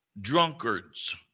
drunkards